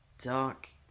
dark